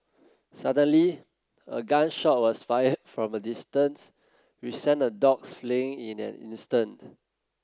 suddenly a gun shot was fired from a distance which sent the dogs fleeing in an instant